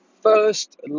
first